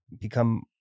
become